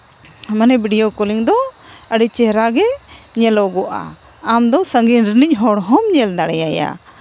ᱢᱟᱱᱮ video calling ᱫᱚ ᱟᱹᱰᱤ ᱪᱮᱦᱨᱟ ᱜᱮ ᱧᱮᱞᱚᱜᱚᱜᱼᱟ ᱟᱢ ᱫᱚ ᱥᱟᱺᱜᱤᱧ ᱨᱤᱱᱤᱡᱽ ᱦᱚᱲ ᱦᱚᱸᱢ ᱧᱮᱞ ᱫᱟᱲᱮᱭᱟᱭᱟ